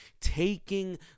taking